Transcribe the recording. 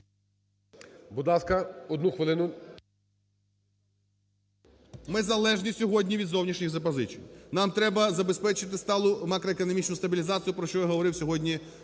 Ми залежні сьогодні від зовнішніх запозичень, нам треба забезпечити сталу макроекономічну стабілізацію, про що я говорив сьогодні